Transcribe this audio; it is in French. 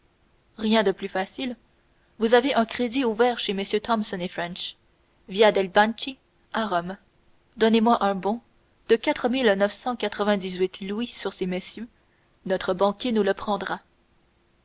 rien de plus facile vous avez un crédit ouvert chez mm thomson et french via dei banchi à rome donnez-moi un bon de quatre mille neuf cent quatre-vingt-dix-huit louis sur ces messieurs notre banquier nous le prendra